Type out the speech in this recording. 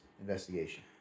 investigation